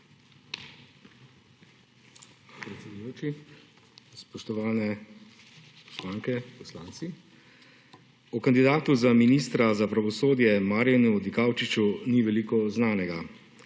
Predsedujoči, spoštovani poslanke, poslanci! O kandidatu za ministra za pravosodje Marjanu Dikaučiču ni veliko znanega.